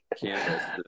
canvas